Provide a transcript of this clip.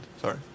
Sorry